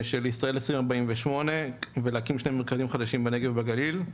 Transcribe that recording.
של ישראל 2048 ולהקים שני מרכזים חדשים בנגב ובגליל.